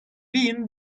vihan